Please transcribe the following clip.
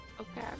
Okay